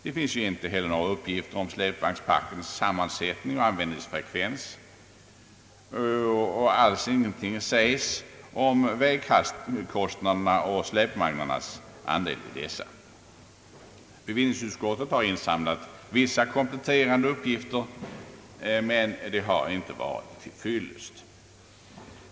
Det finns inte heller några uppgifter om släpvagnsparkens sammansättning och användningsfrekvens. Ingenting alls sägs om vägkostnaderna. Bevillningsutskottet har insamlat vissa kompletterande uppgifter, men de har inte varit till fyllest.